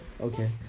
Okay